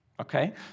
Okay